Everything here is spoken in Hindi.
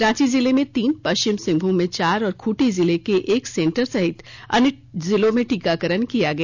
रांची जिले में तीन पश्चिम सिंहभूम में चार और खूंटी जिले के एक सेंटर सहित अन्य जिलों में टीकाकरण किया गया